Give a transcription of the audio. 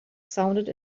sounded